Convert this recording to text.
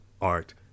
art